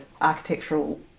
architectural